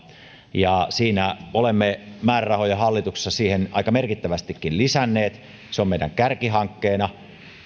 ja olemme määrärahoja hallituksessa siihen aika merkittävästikin lisänneet se on meidän kärkihankkeena